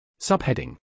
Subheading